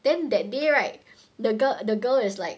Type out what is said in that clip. then that day right the girl the girl is like